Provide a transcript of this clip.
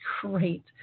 great